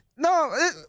No